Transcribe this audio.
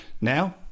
Now